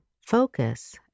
focus